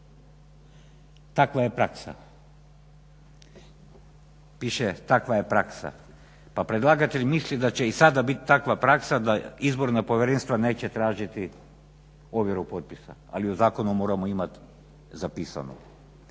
Takva je praksa. Piše takva je praksa. Pa predlagatelj misli da će i sada biti takva praksa da izborna povjerenstva neće tražiti ovjeru potpisa, ali je u zakonu moramo imati zapisanu.